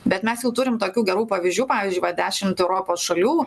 bet mes jau turim tokių gerų pavyzdžių pavyzdžiui va dešimt europos šalių